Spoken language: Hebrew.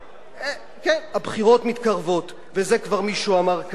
כן, הבחירות מתקרבות, ואת זה כבר מישהו אמר כאן.